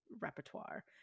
repertoire